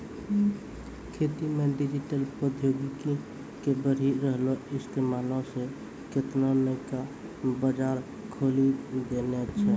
खेती मे डिजिटल प्रौद्योगिकी के बढ़ि रहलो इस्तेमालो से केतना नयका बजार खोलि देने छै